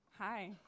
Hi